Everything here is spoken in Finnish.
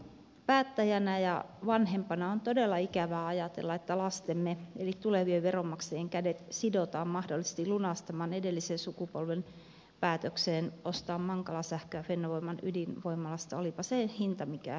päättäjänä ja vanhempana on todella ikävää ajatella että lastemme eli tulevien veronmaksajien kädet sidotaan mahdollisesti lunastamaan edellisen sukupolven päätös ostaa mankala sähköä fennovoiman ydinvoimalasta olipa se hinta mikä hyvänsä